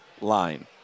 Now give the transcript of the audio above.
line